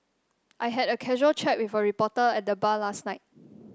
I had a casual chat with a reporter at the bar last night